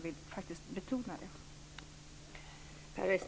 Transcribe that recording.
Jag vill betona det.